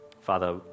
Father